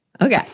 Okay